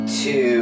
Two